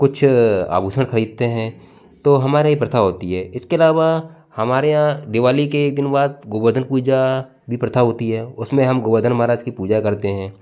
कुछ आभूषण खरीदते हैं तो हमारे यह प्रथा होती है इसके अलावा हमारे यहाँ दिवाली के एक दिन बाद गोवर्धन पूजा भी प्रथा होती है उसमें हम गोवर्धन महाराज की पूजा करते हैं